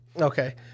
Okay